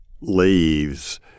leaves